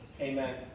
Amen